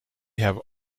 have